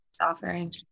offering